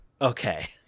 Okay